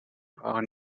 waren